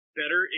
better